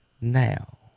now